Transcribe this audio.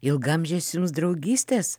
ilgaamžės jums draugystės